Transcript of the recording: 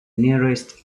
nearest